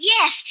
Yes